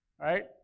right